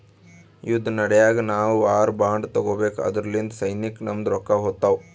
ಯುದ್ದ ನಡ್ಯಾಗ್ ನಾವು ವಾರ್ ಬಾಂಡ್ ತಗೋಬೇಕು ಅದುರ್ಲಿಂದ ಸೈನ್ಯಕ್ ನಮ್ದು ರೊಕ್ಕಾ ಹೋತ್ತಾವ್